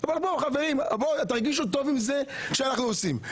אבל חברים, תרגישו טוב עם זה שאנחנו עושים.